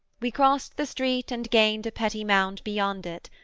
we crossed the street and gained a petty mound beyond it,